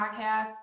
podcast